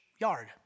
yard